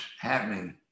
happening